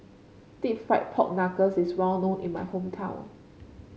deep fried Pork Knuckles is well known in my hometown